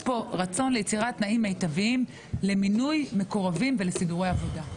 יש פה רצון ליצירת תנאים מיטביים למינוי מקורבים ולסידורי עבודה.